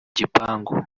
gipangu